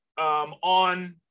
on